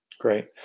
Great